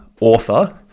author